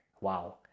wow